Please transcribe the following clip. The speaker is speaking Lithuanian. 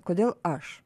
kodėl aš